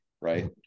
right